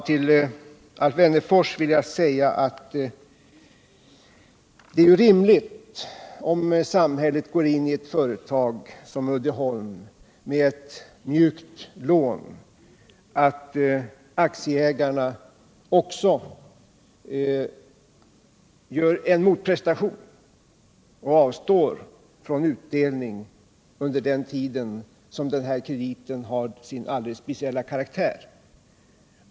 Till Alf Wennerfors vill jag säga att det är rimligt, om samhället går in i ett företag som Uddeholm med ett mjukt lån, att aktieägarna gör en motprestation och avstår från utdelning under den tid som den här krediten har sin alldeles speciella karaktär.